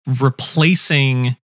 replacing